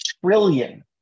trillion